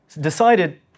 decided